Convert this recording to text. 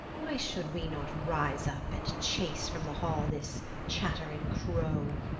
why should we not rise up and chase from the hall this chattering crow?